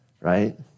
Right